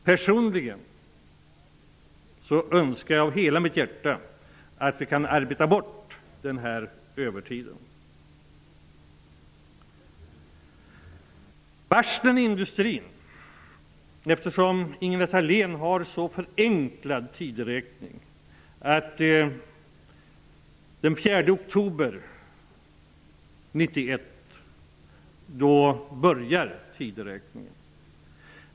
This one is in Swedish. Jag önskar personligen av hela mitt hjärta att vi kan arbeta bort den här övertiden. Ingela Thalén har en så förenklad tideräkning att den börjar den 4 oktober 1991.